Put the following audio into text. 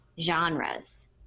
genres